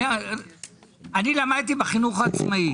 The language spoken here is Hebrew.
אני למדתי בחינוך העצמאי